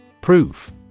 Proof